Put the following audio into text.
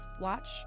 Watch